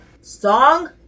song